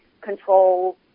control